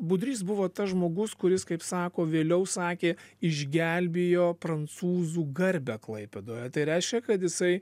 budrys buvo tas žmogus kuris kaip sako vėliau sakė išgelbėjo prancūzų garbę klaipėdoje tai reiškia kad jisai